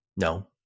No